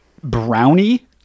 brownie